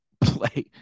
play